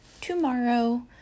tomorrow